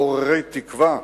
מעוררי תקווה.